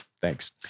thanks